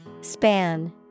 Span